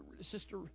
sister